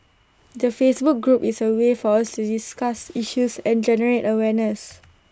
the Facebook group is A way for us to discuss issues and generate awareness